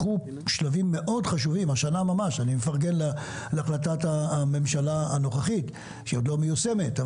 אני מפרגן להחלטת הממשלה הנוכחית שהיא עוד לא מיושמת.